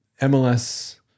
MLS